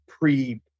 pre